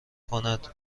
کند